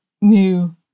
new